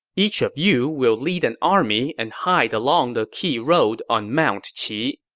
each of you will lead an army and hide along the key road on mount qi.